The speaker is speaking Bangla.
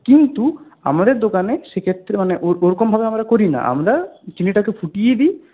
কিন্তু আমাদের দোকানে সেক্ষেত্রে মানে ওরকম ওরকমভাবে আমরা করি না আমরা চিনিটাকে ফুটিয়ে দিই